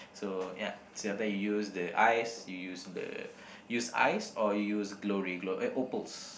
so ya sometimes you use the ice you use the use ice or use glory gl~ eh opals